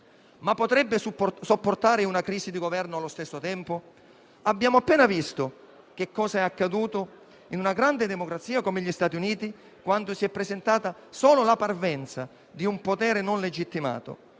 ma potrebbe sopportare una crisi di governo allo stesso tempo? Abbiamo appena visto che cosa è accaduto in una grande democrazia come gli Stati Uniti quando si è presentata solo la parvenza di un potere non legittimato.